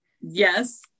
Yes